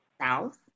South